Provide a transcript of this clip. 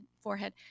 forehead